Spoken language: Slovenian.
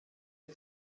ali